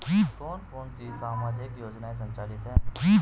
कौन कौनसी सामाजिक योजनाएँ संचालित है?